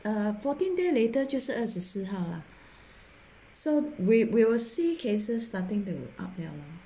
uh fourteen day later 就是二十四号 lah so we we will see cases starting to up liao lah